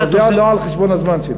אבל זה בא על חשבון הזמן שלי.